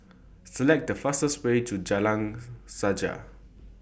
Select The fastest Way to Jalan Sajak